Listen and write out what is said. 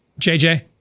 JJ